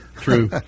True